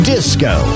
Disco